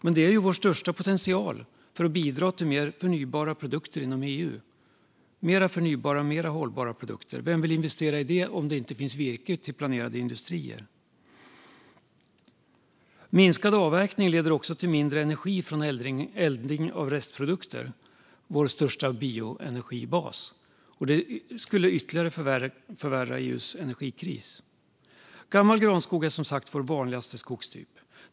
Men dessa är ju vår största potential för att bidra till mer förnybara och hållbara produkter inom EU. Vem vill investera i dem om det inte finns virke till planerade industrier? Minskad avverkning leder till också till mindre energi från eldning av restprodukter - vår största bioenergibas. Det skulle ytterligare förvärra EU:s energikris. Gammal granskog är, som sagt, vår vanligaste skogstyp.